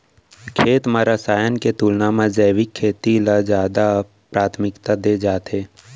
खेत मा रसायन के तुलना मा जैविक खेती ला जादा प्राथमिकता दे जाथे